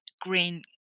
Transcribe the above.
green